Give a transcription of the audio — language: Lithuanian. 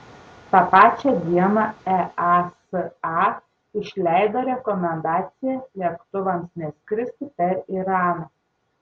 tą pačią dieną easa išleido rekomendaciją lėktuvams neskristi per iraną